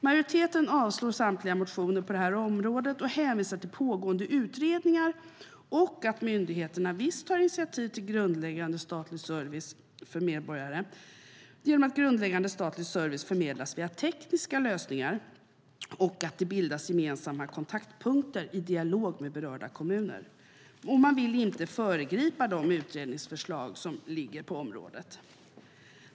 Majoriteten avstyrker samtliga motioner på området och hänvisar till pågående utredningar och till att myndigheterna visst tar initiativ till grundläggande statlig service för medborgare, detta genom att grundläggande statlig service förmedlas via tekniska lösningar och genom att det bildas gemensamma kontaktpunkter i dialog med berörda kommuner. Man vill inte föregripa de utredningsförslag som ligger på området.